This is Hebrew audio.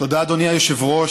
תודה, אדוני היושב-ראש.